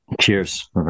Cheers